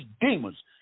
demons